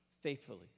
faithfully